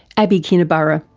abbie kinniburgh.